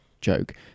joke